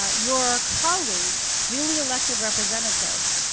ah your colleague, duly elected representative,